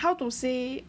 how to say